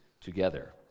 together